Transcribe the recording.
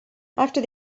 after